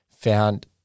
found